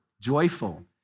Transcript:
joyful